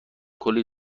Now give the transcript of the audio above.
کلی